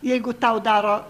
jeigu tau daro